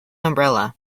umbrella